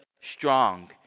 strong